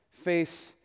face